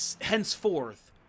henceforth